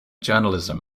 journalism